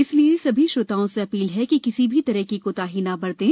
इसलिए सभी श्रोताओं से अप्रील है कि किसी भी तरह की कोताही न बरतें